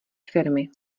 firmy